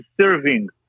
serving